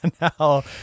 Now